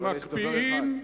אבל יש דובר אחד.